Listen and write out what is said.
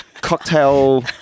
cocktail